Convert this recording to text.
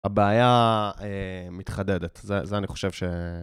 הבעיה מתחדדת, זה אני חושב ש...